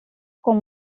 con